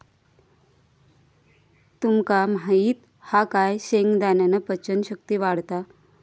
तुमका माहित हा काय शेंगदाण्यान पचन शक्ती वाढता